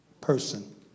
person